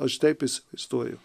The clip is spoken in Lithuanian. aš taip įsivaizduoju